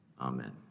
Amen